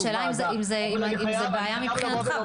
השאלה אם זה בעיה מבחינתך,